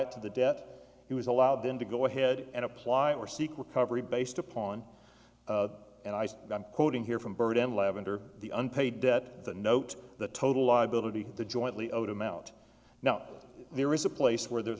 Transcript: it to the debt he was allowed them to go ahead and apply or seek recovery based upon the and i said i'm quoting here from burden lavender the unpaid debt the note the total liability the jointly owed him out now there is a place where there's